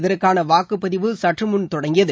இதற்கான வாக்குப்பதிவு சற்றுமுன் தொடங்கியது